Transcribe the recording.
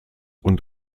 und